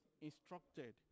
instructed